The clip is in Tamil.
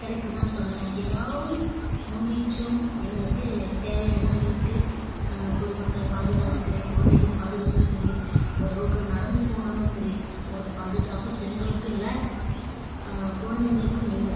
கிடைக்கிலந்தான் சொல்லுவேன் ஏதாவது முன்னேற்றம் எங்களுக்கு தேவையாக தான் இருக்குது பொதுமக்களை பாதுகாக்க சரி குழந்தைகள் பாதுகாக்க சரி ஒரு ரோட்டில் நடந்து போனாலும் சரி ஒரு பாதுகாப்பு பெண்களுக்கும் இல்லை குழந்தைகளுக்கும் இல்லை